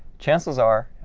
chances are,